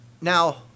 Now